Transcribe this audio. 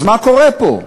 אז מה קורה פה?